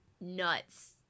nuts